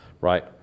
right